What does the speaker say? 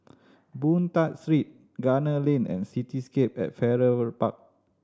Boon Tat Street Gunner Lane and Cityscape at Farrer Park